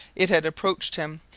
it had approached him,